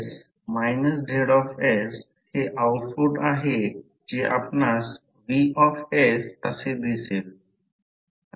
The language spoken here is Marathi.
तर प्रत्यक्षात H मॅग्नेटिक फिल्ड कंडक्टरभोवती एकसमान आहे म्हणून ते मुळात या बिंदूला टॅनजेन्शियल आहे आणि ते स्थिर राहते